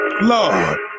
lord